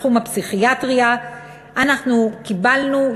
בתחום הפסיכיאטריה אנחנו קיבלנו,